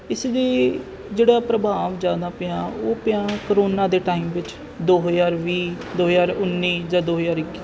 ਇਸਦੇ ਜਿਹੜਾ ਪ੍ਰਭਾਵ ਜ਼ਿਆਦਾ ਪਿਆ ਉਹ ਪਿਆ ਕਰੋਨਾ ਦੇ ਟਾਈਮ ਵਿੱਚ ਦੋ ਹਜ਼ਾਰ ਵੀਹ ਦੋ ਹਜ਼ਾਰ ਉੱਨੀ ਜਾਂ ਦੋ ਹਜ਼ਾਰ ਇੱਕੀ